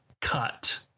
cut